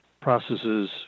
processes